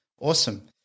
Awesome